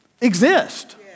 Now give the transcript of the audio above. exist